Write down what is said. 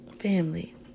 Family